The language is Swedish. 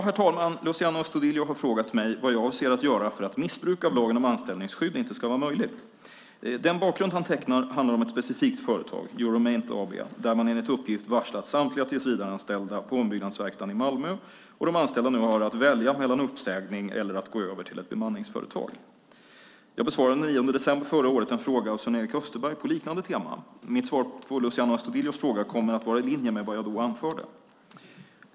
Herr talman! Luciano Astudillo har frågat mig vad jag avser att göra för att missbruk av lagen om anställningsskydd inte ska vara möjligt. Den bakgrund han tecknar handlar om ett specifikt företag - Euromaint AB - där man enligt uppgift varslat samtliga tillsvidareanställda på ombyggnadsverkstaden i Malmö, och de anställda nu har att välja mellan uppsägning och att gå över till ett bemanningsföretag. Jag besvarade den 9 december förra året en fråga av Sven-Erik Österberg på liknande tema. Mitt svar på Luciano Astudillos fråga kommer att vara i linje med vad jag då anförde.